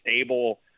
stable